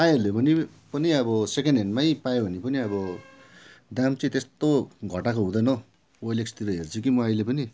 पाइहाल्यो भने पनि अब सेकेन्ड ह्यान्डमै पायो भने पनि अब दाम चाहिँ त्यस्तो घटाएको हुँदैन ओएलएक्सतिर हेर्छु कि म अहिले पनि